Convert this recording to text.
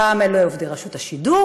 פעם אלה עובדי רשות השידור,